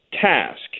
task